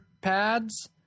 pads